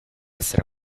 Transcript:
essere